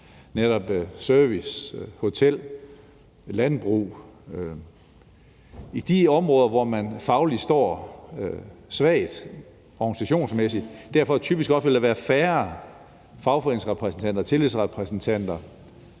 netop servicebranchen, hoteller, landbrug – og de områder, hvor man fagligt står svagt organisationsmæssigt. Derfor vil der typisk også være færre fagforeningsrepræsentanter og tillidsrepræsentanter,